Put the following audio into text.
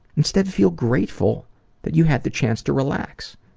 instead feel grateful that you had the chance to relax.